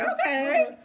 Okay